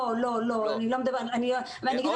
לא, אני לא --- בסדר.